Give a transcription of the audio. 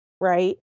Right